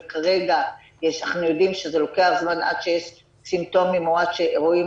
וכרגע אנחנו יודעים שזה לוקח זמן עד שיש סימפטומים או עד שרואים